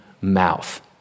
mouth